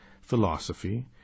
philosophy